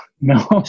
No